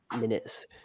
minutes